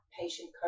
patient